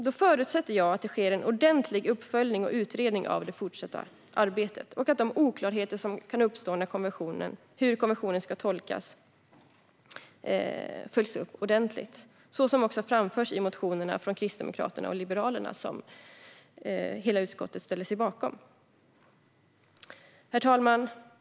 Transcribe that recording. Då förutsätter jag det sker en ordentlig uppföljning och utredning av det fortsatta arbetet och att de oklarheter som kan uppstå när det gäller hur konventionen ska tolkas följs upp ordentligt. Detta är vad som framförs i motionerna från Kristdemokraterna och Liberalerna, som hela utskottet ställer sig bakom. Herr talman!